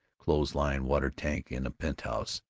clotheslines, water-tank in a penthouse.